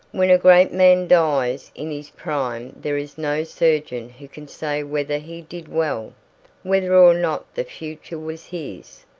when a great man dies in his prime there is no surgeon who can say whether he did well whether or not the future was his,